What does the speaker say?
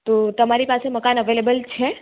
તો તમારી પાસે મકાન અવેલેબલ છે